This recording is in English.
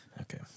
Okay